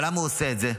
אבל למה הוא עושה את זה?